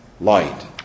light